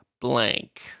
blank